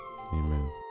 amen